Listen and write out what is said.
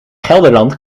gelderland